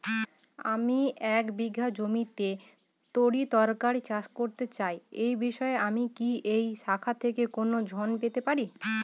আমি এক বিঘা জমিতে তরিতরকারি চাষ করতে চাই এই বিষয়ে আমি কি এই শাখা থেকে কোন ঋণ পেতে পারি?